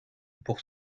pour